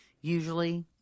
usually